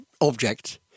object